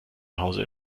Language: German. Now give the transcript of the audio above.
hause